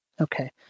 Okay